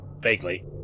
vaguely